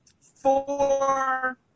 four